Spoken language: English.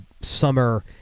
summer